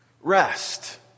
Rest